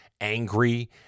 angry